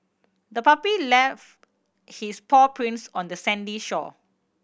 the puppy left his paw prints on the sandy shore